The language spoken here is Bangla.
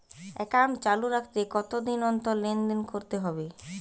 একাউন্ট চালু রাখতে কতদিন অন্তর লেনদেন করতে হবে?